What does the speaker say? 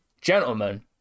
Gentlemen